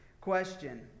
question